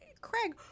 Craig